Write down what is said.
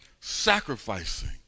sacrificing